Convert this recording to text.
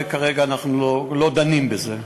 וכרגע אנחנו לא דנים בזה.